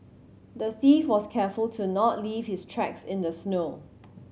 the thief was careful to not leave his tracks in the snow